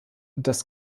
das